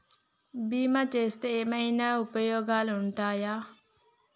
బీమా చేస్తే ఏమన్నా ఉపయోగాలు ఉంటయా?